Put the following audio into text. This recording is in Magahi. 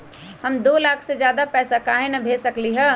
हम दो लाख से ज्यादा पैसा काहे न भेज सकली ह?